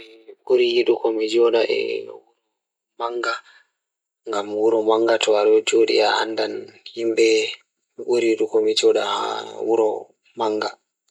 Mi waɗataa jaɓde waɗude nder ndiyam leydiɗo. Ko ndee, ndiyam leydiɗo o waawataa njiddaade heewondirde ngam njamaaji ngal e ngal rewɓe ngal fow. Nder ndiyam leydiɗo miɗo waawataa heɓugol hertunde e dow goɗɗe kadi njiddaade fiyaangu ngal.